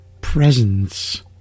presence